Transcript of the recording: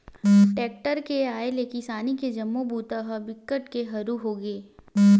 tractor के आए ले किसानी के जम्मो बूता ह बिकट के हरू होगे